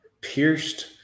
pierced